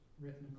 written